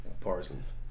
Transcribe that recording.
Parsons